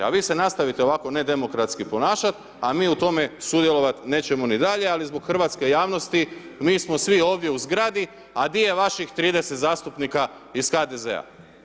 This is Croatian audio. A vi ste nastavite ovako nedomokratski ponašati, a mi u tome, sudjelovati nećemo ni dalje, ali zbog hrvatske javnosti, mi smo svi ovdje u zgradi, a di je vaših 30 zastupnika iz HDZ-a?